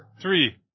Three